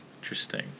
interesting